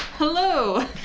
Hello